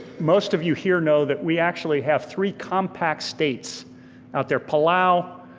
most of you here know that we actually have three compact states out there, palau,